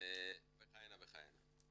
וכהנה וכהנה.